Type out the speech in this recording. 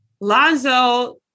Lonzo –